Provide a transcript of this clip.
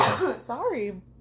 Sorry